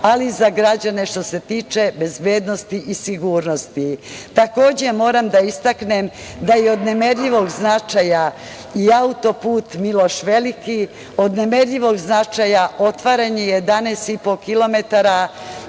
ali i za građane što se tiče bezbednosti i sigurnosti. Takođe, moram da istaknem da je od nemerljivog značaja i auto-put "Miloš Veliki", od nemerljivog značaja otvaranje 11,5 kilometara